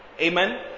Amen